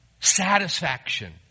Satisfaction